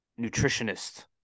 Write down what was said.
nutritionist